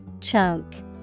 Chunk